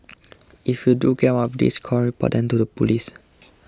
if you do get one of these calls report them to the police